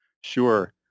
Sure